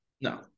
No